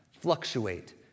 fluctuate